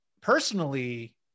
personally